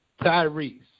Tyrese